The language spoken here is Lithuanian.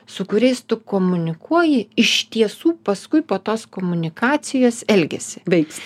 su kuriais tu komunikuoji iš tiesų paskui po tos komunikacijos elgesį veiks